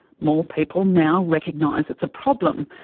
more people now recognise it's a problem.